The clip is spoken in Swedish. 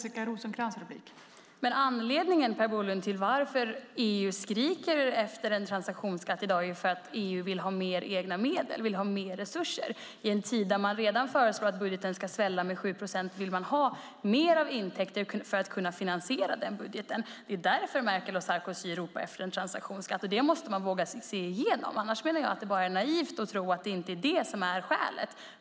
Fru talman! Anledningen, Per Bolund, till att EU i dag skriker efter en transaktionsskatt är att EU vill ha mer egna medel, vill ha mer resurser. I en tid då man redan föreslår att budgeten ska svälla med 7 procent vill man ha mer intäkter för att kunna finansiera budgeten. Det är därför Merkel och Sarkozy ropar på en transaktionsskatt. Det måste man våga se igenom. Annars är det bara naivt att tro att inte det är skälet.